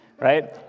right